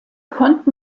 konnten